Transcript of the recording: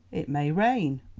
it may rain.